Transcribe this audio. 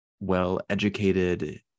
well-educated